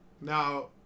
now